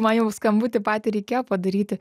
man jau skambutį patį reikėjo padaryti